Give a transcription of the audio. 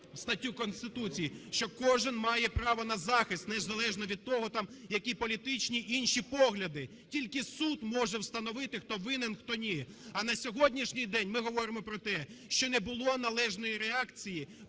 статтю Конституції, що кожен має право на захист, незалежно від того там, які політичні, інші погляди. Тільки суд може встановити, хто винен, хто – ні. А на сьогоднішній день ми говоримо про те, що не було належної реакції